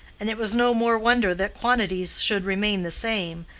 and it was no more wonder that quantities should remain the same,